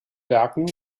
werken